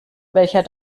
welcher